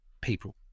people